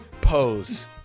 pose